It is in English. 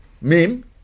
Mim